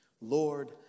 Lord